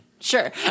Sure